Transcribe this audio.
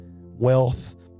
Wealth